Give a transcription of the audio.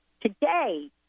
Today